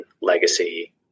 legacy